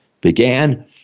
began